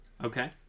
Okay